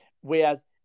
whereas